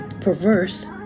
Perverse